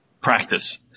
Practice